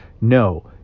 No